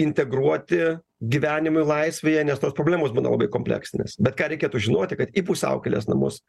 integruoti gyvenimui laisvėje nes tos problemos būna labai kompleksinės bet ką reikėtų žinoti kad į pusiaukelės namus